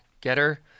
Getter